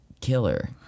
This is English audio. killer